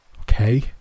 Okay